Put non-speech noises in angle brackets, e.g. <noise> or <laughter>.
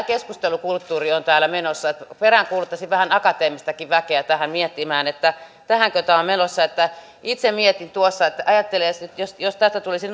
<unintelligible> keskustelukulttuuri on täällä menossa peräänkuuluttaisin vähän akateemistakin väkeä miettimään että tähänkö tämä on menossa itse mietin tuossa että ajatella jos tästä tulisi <unintelligible>